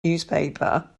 newspaper